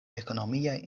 ekonomiaj